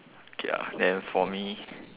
ya then for me